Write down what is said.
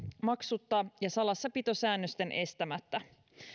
maksutta ja salassapitosäännösten estämättä